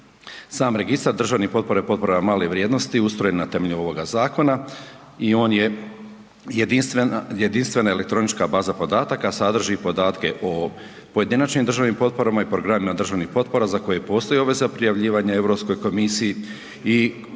Sam Registar državnih potpora i potpora male vrijednosti ustrojen na temelju ovoga zakona i on je jedinstvena elektronička baza podatka, sadrži podatke o pojedinačnim držanim potporama i programima državnih potpora za postoji obveza prijavljivanja Europskoj komisiji i koji je